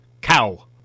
Cow